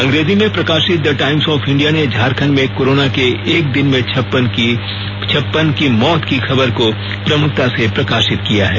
अंग्रेजी में प्रकाशित द टाईम्स ऑफ इंडिया ने झारखंड में कोरोना के एक दिन में छप्पन मौत की खबर को प्रमुखता से प्रकाशित किया है